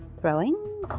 Throwing